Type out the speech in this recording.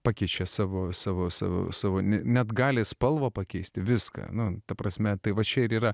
pakeičia savo savo savo savo ne net gali spalvą pakeisti viską nu ta prasme tai va čia ir yra